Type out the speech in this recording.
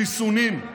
חיסונים.